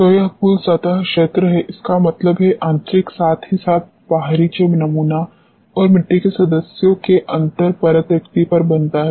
तो यह कुल सतह क्षेत्र है इसका मतलब है आंतरिक साथ ही साथ बाहरी जो नमूना और मिट्टी के सदस्यों के अंतर परत रिक्ति पर बनता है